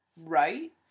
right